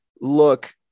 look